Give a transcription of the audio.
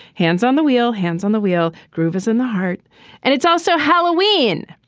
hands on the wheel. hands on the wheel. groove is in the heart and it's also halloween.